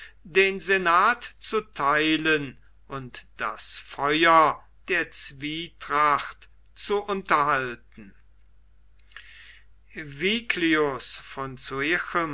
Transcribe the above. den senat zu theilen und das feuer der zwietracht zu unterhalten viglius von